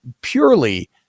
purely